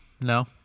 No